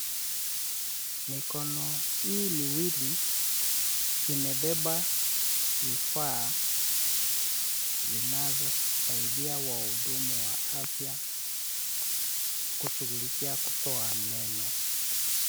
Mikono hii miwili imebeba vifaa vinavyosaidia wahudumu wa afya kushughulikia kutoa meno.